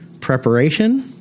Preparation